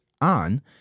on